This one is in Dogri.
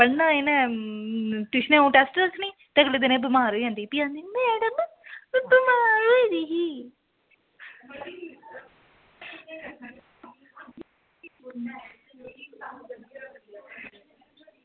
पढ़ना इनें ट्यूशन अंऊ टेस्ट रक्खनी ते अगले दिन एह् बमार होई जंदी भी आक्खदी मैड़म में बमार होई दी ही